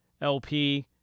LP